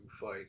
fight